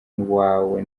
wawe